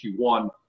Q1